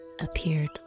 appeared